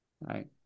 Right